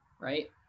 Right